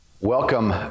Welcome